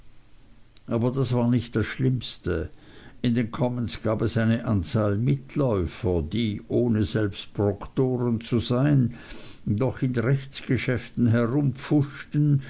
aber das war nicht das schlimmste in den commons gab es eine anzahl mitläufer die ohne selbst proktoren zu sein doch in rechtsgeschäften